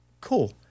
Cool